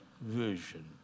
vision